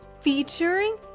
Featuring